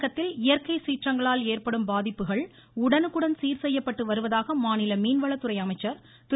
தமிழகத்தில் இயற்கை சீற்றங்களால் ஏற்படும் பாதிப்புகள் உடனுக்குடன் சீர்செய்யப்பட்டு வருவதாக மாநில மீன் வளத்துறை அமைச்சர் திரு